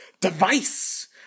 device